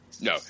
No